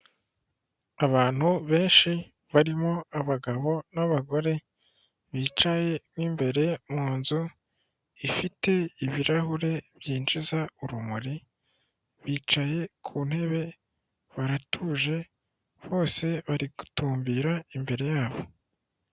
Abantu benshi barimo abagabo n'abagore bicaye mo imbere mu nzu ifite ibirahure byinjiza urumuri, bicaye ku ntebe baratuje bose bari gutumbira imbere yabo.